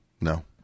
No